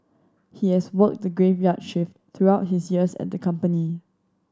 he has worked the graveyard shift throughout his years at the company